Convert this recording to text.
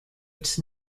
its